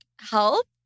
help